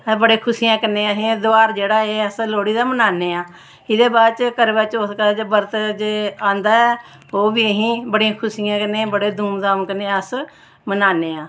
असें बड़ी खुशियें कन्नै असें तेहार जेह्ड़ा अस लोह्ड़ी दा मनान्ने आं एह्दे बाद च करवाचौथ दा बरत जे आंदा ऐ ओह् बी असीं बड़ियें खुशियें कन्नै बड़े धूम धाम कन्नै अस मनान्ने आं